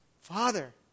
Father